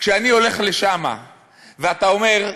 כשאני הולך לשם ואתה אומר,